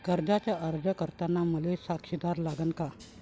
कर्जाचा अर्ज करताना मले साक्षीदार लागन का?